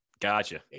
Gotcha